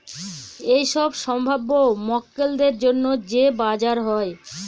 এইসব সম্ভাব্য মক্কেলদের জন্য যে বাজার হয়